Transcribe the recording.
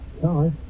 Sorry